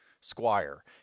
squire